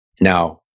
Now